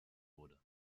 wurde